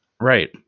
Right